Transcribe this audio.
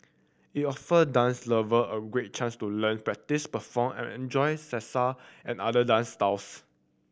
it offer dance lover a great chance to learn practice perform and enjoy Salsa and other dance styles